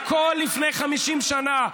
הכול לפני 50 שנה.